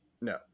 No